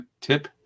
tip